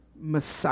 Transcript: Messiah